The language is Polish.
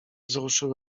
wzruszył